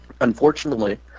unfortunately